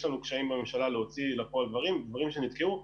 לנו קשיים בממשלה להוציא דברים שנתקעו.